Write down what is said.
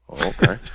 Okay